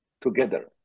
Together